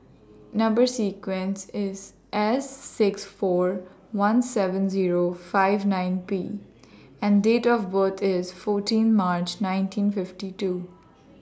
Number sequence IS S six four one seven Zero five nine P and Date of birth IS fourteen March nineteen fifty two